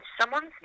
someone's